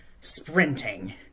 sprinting